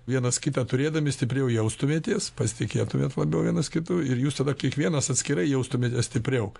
vienas kitą turėdami stipriau jaustumėtės pasitikėtumėt labiau vienas kitu ir jūs tada kiekvienas atskirai jaustumėtes stipriau